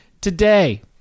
today